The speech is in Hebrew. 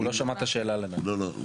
הוא לא שמע את השאלה, לדעתי.